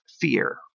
fear